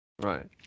Right